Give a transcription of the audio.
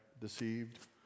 deceived